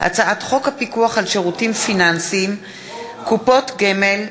הצעת חוק הפיקוח על שירותים פיננסיים (קופות גמל)